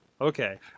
Okay